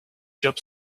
job